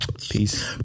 Peace